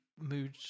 mood